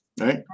right